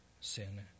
sin